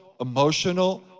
emotional